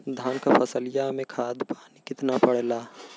धान क फसलिया मे खाद पानी कितना पड़े ला?